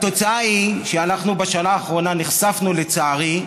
התוצאה היא שאנחנו בשנה האחרונה נחשפנו, לצערי,